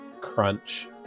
crunch